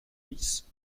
dix